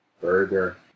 burger